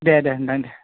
दे दे नोंथां दे